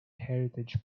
heritage